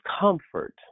comfort